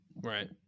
Right